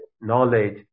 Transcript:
knowledge